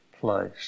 place